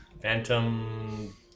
Phantom